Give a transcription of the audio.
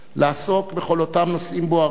לעסוק בכל אותם נושאים בוערים,